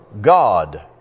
God